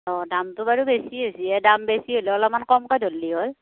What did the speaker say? অঁ দামটো বাৰু বেছি হৈছে এই দাম বেছি হ'লেও অলপমান কমকৈ ধৰিলেই হ'ল